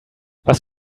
was